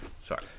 sorry